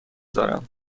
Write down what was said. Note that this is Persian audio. دارم